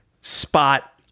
spot